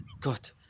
God